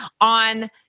on